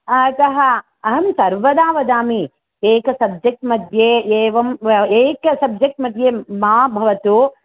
अतः अहं सर्वदा वदामि एकसब्जेक्ट्मध्ये एवम् ए एकसब्जेक्ट्मध्ये मा भवतु